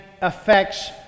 affects